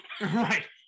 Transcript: Right